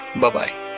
Bye-bye